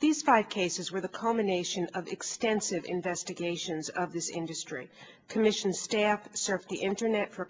these five cases where the culmination of extensive investigations of this industry commission staff surf the internet for